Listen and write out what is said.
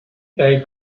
they